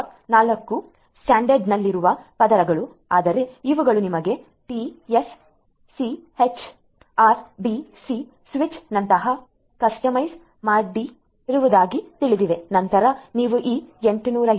4 ಸ್ಟ್ಯಾಂಡರ್ಡ್ನಲ್ಲಿರುವ ಪದರಗಳು ಆದರೆ ಇವುಗಳು ನಿಮಗೆ ಟಿಎಸ್ಸಿಎಚ್ ಆರ್ಡಿಸಿ ಸಿಂಚ್ನಂತಹ ಕಸ್ಟಮೈಸ್ ಮಾಡಿದವುಗಳನ್ನು ತಿಳಿದಿವೆ ನಂತರ ನೀವು ಈ 802